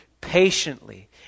patiently